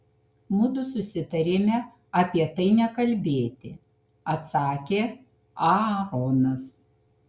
mudu susitarėme apie tai nekalbėti atsakė aaronas